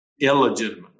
illegitimately